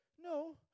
no